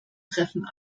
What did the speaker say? treffen